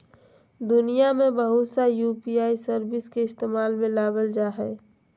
दुनिया में बहुत सा यू.पी.आई सर्विस के इस्तेमाल में लाबल जा हइ